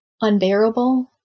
unbearable